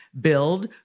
Build